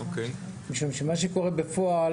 משום שמה שקורה בפועל,